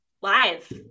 live